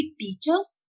teachers